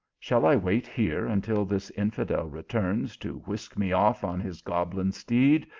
shall i wait here until this infidel returns to whisk me off on his goblin steed,